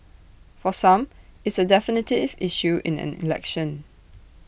for some it's A definitive issue in an election